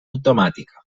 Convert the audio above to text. automàtica